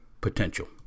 potential